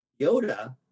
Yoda